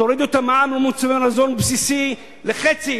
תורידו את המע"מ על מוצרי מזון בסיסיים לחצי,